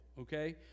okay